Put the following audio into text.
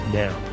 now